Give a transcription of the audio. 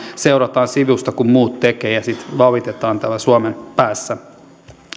seurataan sivusta kun muut tekevät ja sitten valitetaan täällä suomen päässä